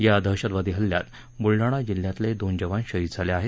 या दहशतवादी हल्ल्यात बुलढाणा जिल्ह्यातले दोन जवान शहीद झाले आहेत